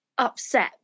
Upset